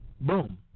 Boom